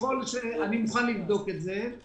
אני מוכן לבדוק את זה.